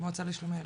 המועצה לשלום הילד.